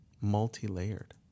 multi-layered